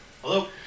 Hello